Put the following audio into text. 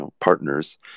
partners